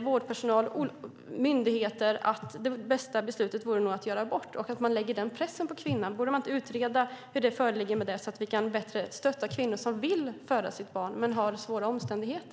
vårdpersonal och myndigheter, som anser att det bästa beslutet nog vore att göra abort. Man lägger den pressen på kvinnan. Borde man inte utreda hur det är med det, så att vi bättre kan stötta kvinnor som vill föda sitt barn men har svåra omständigheter?